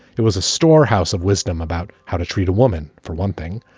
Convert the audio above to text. it was a storehouse of wisdom about how to treat a woman. for one thing,